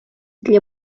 для